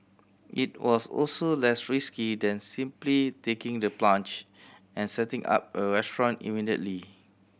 it was also less risky than simply taking the plunge and setting up a restaurant immediately